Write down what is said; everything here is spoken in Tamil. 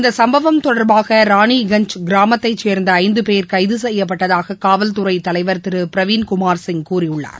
இந்த சும்பவம் தொடர்பாக ராணிக்கஞ்ச் கிராமத்தைச் சேர்ந்த ஐந்து பேர் கைது செய்யப்பட்டதாக காவல்துறை தலைவர் திரு ப்ரவின் குமார் சிங் கூறியுள்ளார்